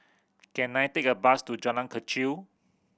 can I take a bus to Jalan Kechil